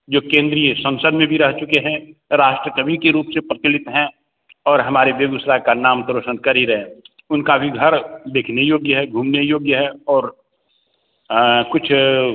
जो केन्द्रीय ससंद में भी रह चुके हैं राष्ट्र कवि के रूप से प्रचलित हैं और हमारे बेगूसराय का नाम तो रोशन कर ही रहे हैं उनका भी घर देखने योग्य है घूमने योग्य है और कुछ